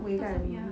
cause of ya